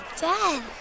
dead